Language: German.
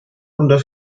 unter